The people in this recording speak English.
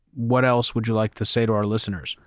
what else would you like to say to our listeners?